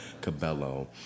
Cabello